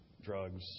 drugs